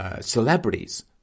Celebrities